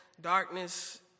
darkness